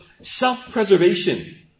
self-preservation